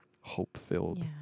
hope-filled